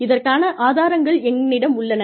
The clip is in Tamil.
இதற்கான ஆதாரங்கள் என்னிடம் உள்ளன